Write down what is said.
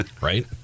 right